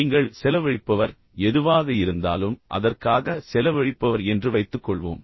நீங்கள் செலவழிப்பவர் எதுவாக இருந்தாலும் அதற்காக செலவழிப்பவர் என்று வைத்துக்கொள்வோம்